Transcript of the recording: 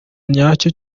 nyacyo